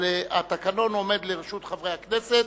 אבל התקנון עומד לרשות חברי הכנסת,